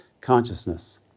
consciousness